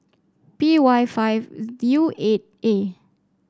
P Y five U eight A